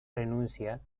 renúncia